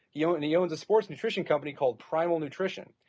you know and he owns a sports nutrition company called primal nutrition,